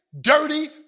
dirty